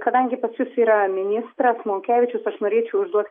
kadangi pas jus yra ministras monkevičius aš norėčiau užduot